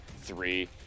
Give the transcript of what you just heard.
three